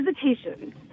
hesitation